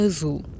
Azul